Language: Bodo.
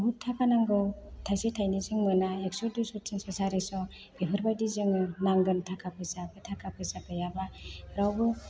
थाखा नांगौ थाइसे थाइनैजों मोना एक्स' दुइस' थिनस' सिरिस' बेफोरबायदि नांगोन थाखा फैसा थाखा फैसा गैयाबा रावबो